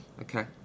Okay